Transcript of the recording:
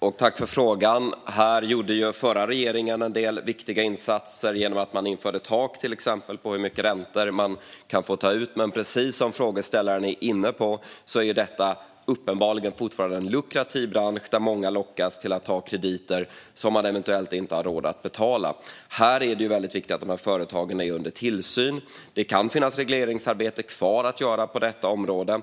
Jag tackar ledamoten för frågan. Här gjorde den förra regeringen en del viktiga insatser genom att införa ett tak för hur mycket räntor man kan få ta ut. Precis som frågeställaren var inne på är detta dock uppenbarligen fortfarande en lukrativ bransch där många lockas till att ta krediter som de eventuellt inte har råd att betala. Det är väldigt viktigt att dessa företag är under tillsyn. Det kan finnas regleringsarbete kvar att göra på detta område.